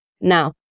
Now